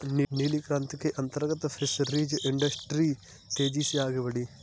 नीली क्रांति के अंतर्गत फिशरीज इंडस्ट्री तेजी से आगे बढ़ी